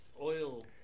oil